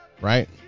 Right